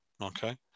Okay